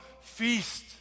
feast